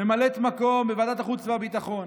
ממלאת מקום בוועדת החוץ והביטחון,